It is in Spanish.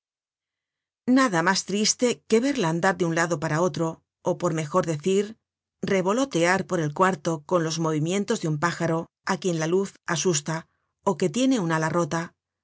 nada mas triste que verla andar de un lado para otro ó por mejor decir revolotear por el cuarto con los movimientos de un pájaro á quien la luz asusta ó que tiene una ala rota